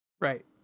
Right